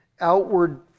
outward